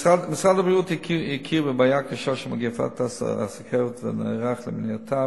משרד הבריאות הכיר בבעיה הקשה של מגפת הסוכרת ונערך למניעתה.